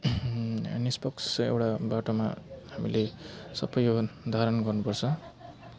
निष्पक्ष एउटा बाटोमा हामीले सबै यो धारण गर्नुपर्छ